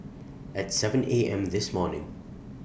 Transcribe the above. At seven A M This morning